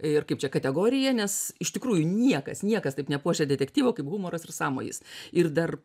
ir kaip čia kategorija nes iš tikrųjų niekas niekas taip nepuošia detektyvo kaip humoras ir sąmojis ir dar